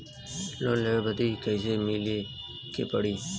Loan लेवे बदी कैसे मिले के पड़ी?